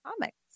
comics